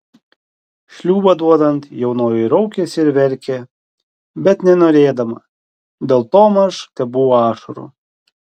šliūbą duodant jaunoji raukėsi ir verkė bet nenorėdama dėl to maž tebuvo ašarų